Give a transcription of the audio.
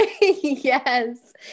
Yes